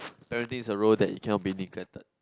parenting is a role that you cannot be neglected